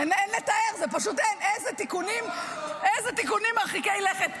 אין לתאר איזה תיקונים מרחיקי לכת.